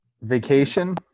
Vacation